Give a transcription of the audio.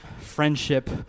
friendship